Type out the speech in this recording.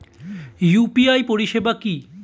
UPI পরিষেবা কি?